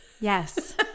Yes